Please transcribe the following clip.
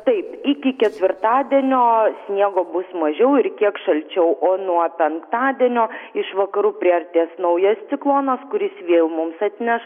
taip iki ketvirtadienio sniego bus mažiau ir kiek šalčiau o nuo penktadienio iš vakarų priartės naujas ciklonas kuris vėl mums atneš